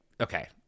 Okay